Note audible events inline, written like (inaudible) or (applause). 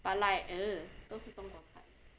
but like (noise) 都是中国菜